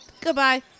Goodbye